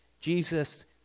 Jesus